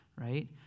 Right